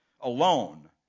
alone